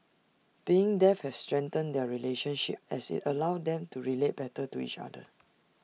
being deaf has strengthened their relationship as IT allowed them to relate better to each other